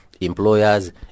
employers